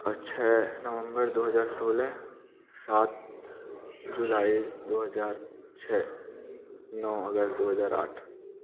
और छः नवम्बर दो हज़ार सोलह सात जुलाई दो हज़ार छे नौ अगस्त दो हज़ार आठ